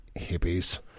hippies